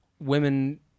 women